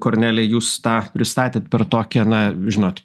kornelija jūs tą pristatėt per tokią na žinot